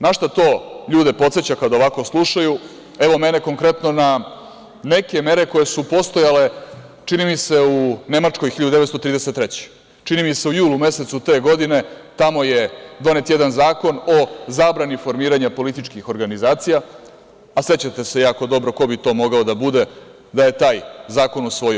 Na šta to ljude podseća kada ovako slušaju, evo mene konkretno na neke mere koje su postojale, čini mi se u Nemačkoj 1933. godine, čini mi se u julu mesecu te godine, tamo je donet jedan Zakon o zabrani formiranja političkih organizacija, a sećate se jako dobro ko bi to mogao da bude, da je taj zakon usvojio.